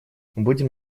будем